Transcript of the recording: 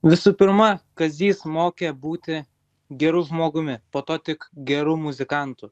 visų pirma kazys mokė būti geru žmogumi po to tik geru muzikantu